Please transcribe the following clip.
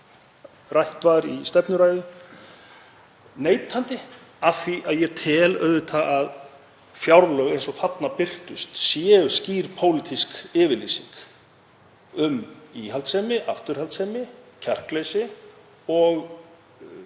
rætt var í stefnuræðu neitandi af því að ég tel auðvitað að fjárlög eins og þarna birtast séu skýr pólitísk yfirlýsing um íhaldssemi, afturhaldssemi, kjarkleysi og fálæti